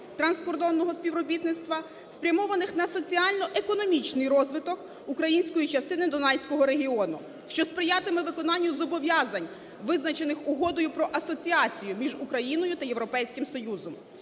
транскордонного співробітництва, спрямованих на соціально-економічний розвиток української частини Дунайського регіону, що сприятиме виконанню зобов'язань, визначених Угодою про Асоціацію між Україною та Європейським Союзом.